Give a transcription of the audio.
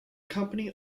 company